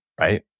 right